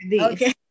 okay